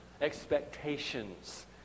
Expectations